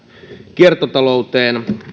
kiertotalouteen